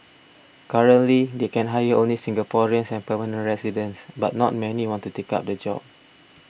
currently they can hire only Singaporeans and permanent residents but not many want to take up the job